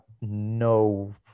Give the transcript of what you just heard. no